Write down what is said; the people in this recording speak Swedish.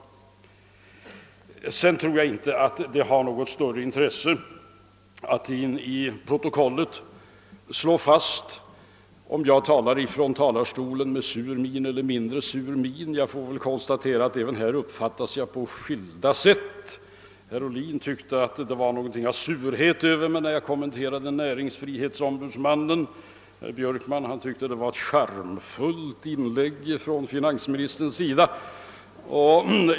För övrigt tror jag inte att det har något större intresse att i protokollet slå fast, om jag i talarstolen talar med mer eller mindre sur min. Jag kan konstatera att jag även härvidlag uppfattas på skilda sätt. Herr Ohlin tyckte att det fanns någonting av surhet hos mig när jag kommenterade näringsfrihetsombudsmannen, medan herr Björkman ansåg att det var ett charmfullt inlägg från finansministerns sida.